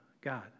God